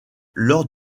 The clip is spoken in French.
lors